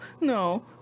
No